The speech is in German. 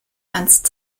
ernst